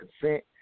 consent